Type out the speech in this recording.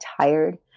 tired